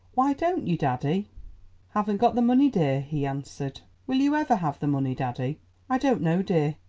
why don't you, daddy? haven't got the money, dear, he answered. will you ever have the money, daddy? i don't know, dear,